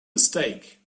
mistake